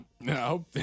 No